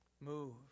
move